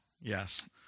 Yes